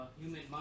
human